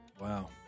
Wow